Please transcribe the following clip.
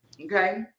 Okay